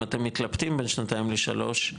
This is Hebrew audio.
אם אתם מתלבטים בין שנתיים לשלוש,